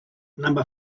number